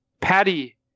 Patty